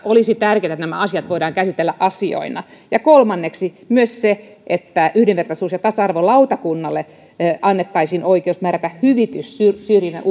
olisi tärkeää että nämä asiat voitaisiin käsitellä asioina kolmanneksi se että yhdenvertaisuus ja tasa arvolautakunnalle annettaisiin oikeus määrätä hyvitys syrjinnän